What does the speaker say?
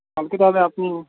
কালকে তাহলে আপনি